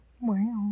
Wow